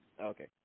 Okay